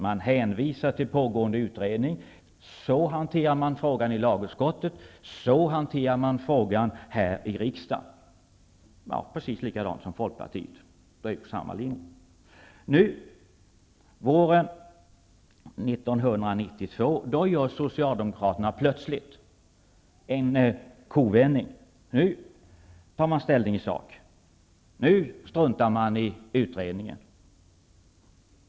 Man hänvisar till pågående utredning. Så hanteras frågan i lagutskottet, och så hanteras frågan här i kammaren. Det är precis likadant som Folkpartiet gör, och där är vi på samma linje. Våren 1992 gör Socialdemokraterna plötsligt en kovändning. Nu tar man ställning i sak och struntar i utredningen.